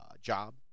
job